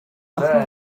охин